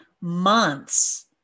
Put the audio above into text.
months